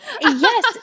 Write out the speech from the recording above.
Yes